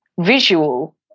visual